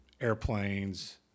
airplanes